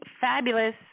fabulous